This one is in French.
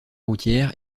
routière